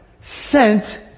sent